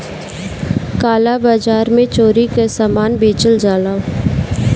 काला बाजार में चोरी कअ सामान बेचल जाला